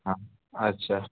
हां अच्छा